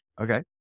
Okay